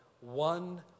one